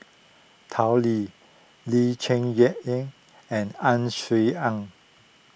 Tao Li Lee Cheng Yan and Ang Swee Aun